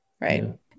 Right